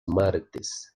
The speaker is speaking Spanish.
martes